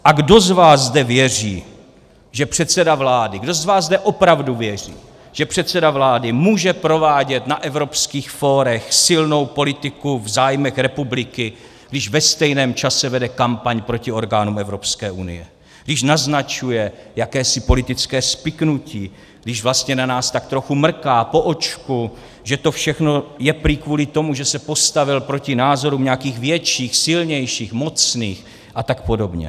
A kdo z vás zde věří, že předseda vlády, kdo z vás zde opravdu věří, že předseda vlády může provádět na evropských fórech silnou politiku v zájmech republiky, když ve stejném čase vede kampaň proti orgánům Evropské unie, když naznačuje jakési politické spiknutí, když vlastně na nás tak trochu mrká po očku, že to všechno je prý kvůli tomu, že se postavil proti názorům nějakých větších, silnějších, mocných a tak podobně?